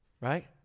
right